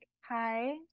Hi